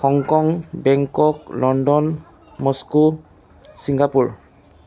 Hong Kong Bangkok London Moscow Singapore